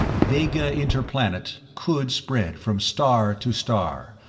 vega interplanet could spread from star to star,